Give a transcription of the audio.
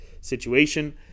situation